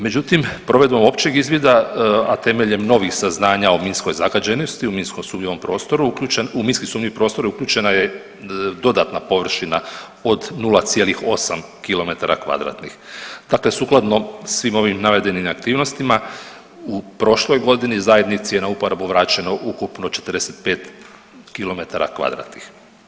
Međutim, provedbom općeg izvida, a temeljem novih saznanja o minskoj zagađenosti u minsko sumnjivom prostoru u minski sumnjivi prostor uključena je dodatna površina od 0,8 km2. dakle, sukladno svim ovim navedenim aktivnostima u prošloj godini zajednici je na uporabu vraćeno ukupno 45 km2.